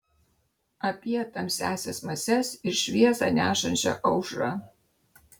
apie tamsiąsias mases ir šviesą nešančią aušrą